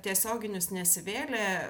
tiesioginius nesivėlė